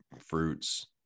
fruits